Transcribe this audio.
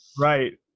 Right